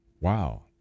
wow